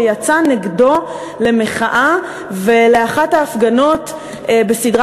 שיצא נגדו למחאה ולאחת ההפגנות בסדרה